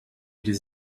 this